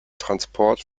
transport